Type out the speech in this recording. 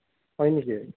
হয় নেকি